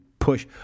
push